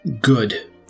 Good